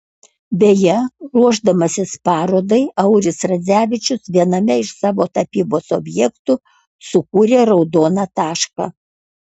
beje ruošdamasis parodai auris radzevičius viename iš savo tapybos objektų sukūrė raudoną tašką